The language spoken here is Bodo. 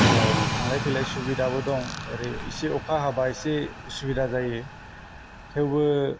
जेराव थांलाय फैलाय सुबिदाबो दं एरै अखा हाबा एसे उसुबिदा जायो थेवबो